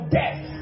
death